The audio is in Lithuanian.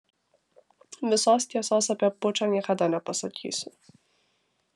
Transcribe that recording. visos tiesos apie pučą niekada nepasakysiu